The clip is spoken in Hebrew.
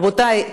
רבותיי,